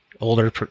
older